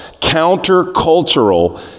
Counter-cultural